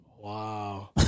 Wow